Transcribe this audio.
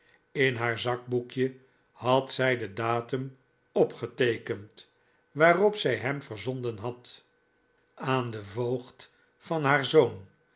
in haar zakboekje had zij den datum opgeteekend waarop zij hem verzonden had aan den voogd van haar zoon